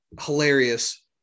hilarious